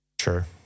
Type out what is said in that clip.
Sure